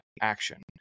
action